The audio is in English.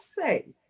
say